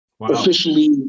Officially